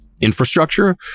infrastructure